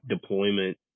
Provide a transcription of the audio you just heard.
deployment